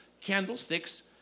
candlesticks